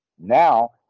Now